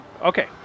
Okay